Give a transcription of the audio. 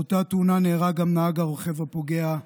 באותה תאונה נהרג גם נהג הרכב הפוגע,